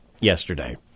yesterday